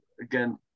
again